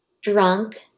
drunk